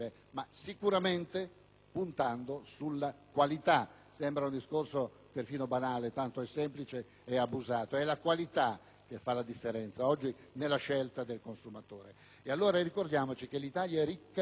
puntando sulla qualità. Sembra un discorso perfino banale, tanto è semplice e abusato: è la qualità che fa la differenza, oggi, nella scelta del consumatore. Ebbene, a tale riguardo sarà allora utile ricordare che l'Italia è ricca di prodotti di qualità,